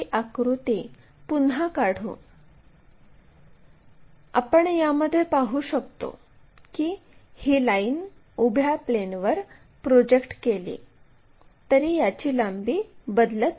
projector काढण्यासाठी उभी line काढा आणि c हे आधीच या x y अक्षावर आहे